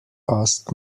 asked